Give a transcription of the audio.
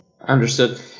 Understood